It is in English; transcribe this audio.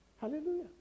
Hallelujah